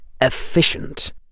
efficient